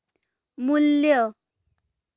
मू्ल्य